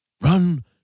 run